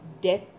death